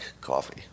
coffee